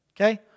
okay